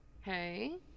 Hey